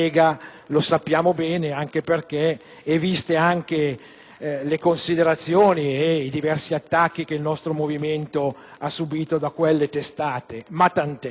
lo sappiamo bene, viste anche le considerazioni e i diversi attacchi che il nostro movimento ha subito da quelle testate. Ma tant'è!